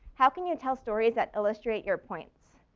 how can you tell stories that illustrate your points?